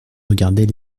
regardait